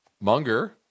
Munger